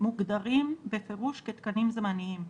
מוגדרים בפירוש כתקנים זמניים.